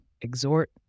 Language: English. exhort